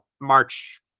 march